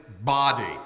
body